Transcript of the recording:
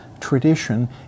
tradition